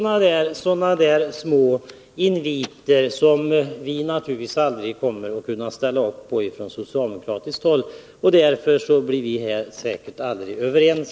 Något sådant kan vi naturligtvis från socialdemokratiskt håll aldrig ställa upp på. Därför blir Bengt Wittbom och jag aldrig överens.